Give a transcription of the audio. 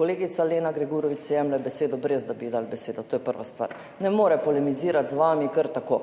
Kolegica Lena Grgurevič si jemlje besedo, brez da bi ji dali besedo. To je prva stvar. Ne more polemizirati z vami kar tako.